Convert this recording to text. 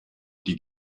die